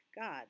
God